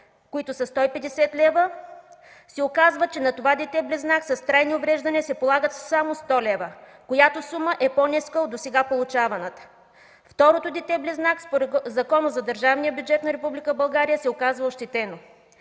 които са 150 лв., се оказва, че на това дете-близнак с трайни увреждания се полагат само 100 лв., която сума е по-ниска от досега получаваната. Второто дете-близнак, според Закона за държавния бюджет на Република България, се оказва ощетено.